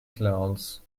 clowns